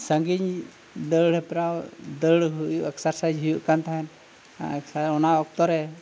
ᱥᱟᱺᱜᱤᱧ ᱫᱟᱹᱲ ᱦᱮᱯᱨᱟᱣ ᱫᱟᱹᱲ ᱦᱩᱭᱩᱜ ᱮᱠᱥᱟᱨᱥᱟᱭᱤᱡ ᱦᱩᱭᱩᱜ ᱠᱟᱱ ᱛᱟᱦᱮᱫ ᱟᱨ ᱚᱱᱟ ᱚᱠᱛᱚ ᱨᱮ